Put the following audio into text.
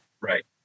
Right